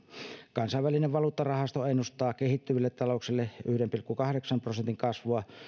kansainvälinen valuuttarahasto ennustaa kehittyville talouksille yhden pilkku kahdeksan prosentin kasvua